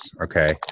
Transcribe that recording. okay